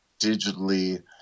digitally